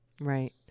Right